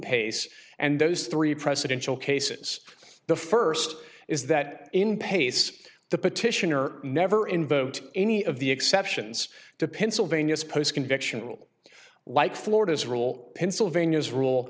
pace and those three presidential cases the first is that in pace the petitioner never invoked any of the exceptions to pennsylvania's post conviction rule like florida's rule pennsylvania's rule